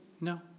No